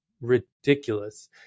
ridiculous